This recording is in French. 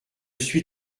suis